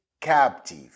captive